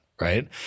Right